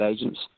agents